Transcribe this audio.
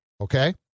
Okay